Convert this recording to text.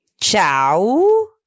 ciao